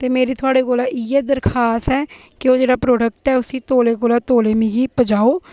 ते मेरी थुआढ़े कोला इ'यै दरखास्त ऐ कि ओह् जेह्ड़ा प्रोडेक्ट ऐ उसी तौले कोला तौले मिगी पजाओ